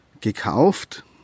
gekauft